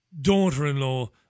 daughter-in-law